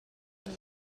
elle